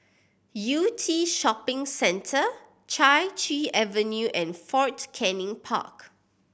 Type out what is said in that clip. Yew Tee Shopping Centre Chai Chee Avenue and Fort Canning Park